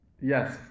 Yes